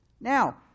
Now